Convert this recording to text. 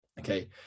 Okay